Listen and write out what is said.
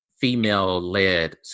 female-led